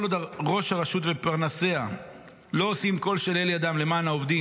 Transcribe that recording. כל עוד ראש הרשות ופרנסיה לא עושים כל שלאל ידם למען העובדים,